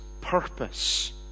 purpose